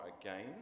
again